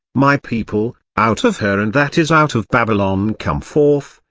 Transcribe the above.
my people, out of her' and that is out of babylon come forth,